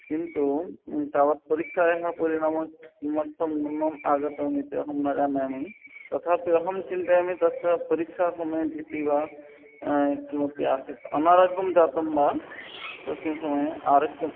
किन्तु तावत् परीक्षायाः परिणामः किमर्थं न्यूनः आगतः इति अहं न जानामि तथापि अहं चिन्तयामि तस्य परीक्षासमये भीतिः वा किमपि आसीत् अनारोग्यं जातं वा तस्मिन् समये आरग्यम्